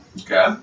Okay